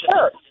sure